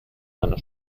einer